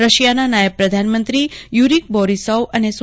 રશિયાના નાયબ પ્રધાનમંત્રી યુરિક બોરીસોવ અને સુ